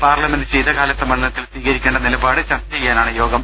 parliament ശീതകാല സമ്മേളനത്തിൽ സ്വീകരിക്കേണ്ട നില പാട് ച്ർച്ച് ചെയ്യാനാണ് യോഗം